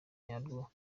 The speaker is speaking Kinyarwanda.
nyarwo